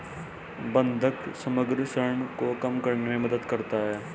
बंधक समग्र ऋण को कम करने में मदद करता है